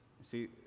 See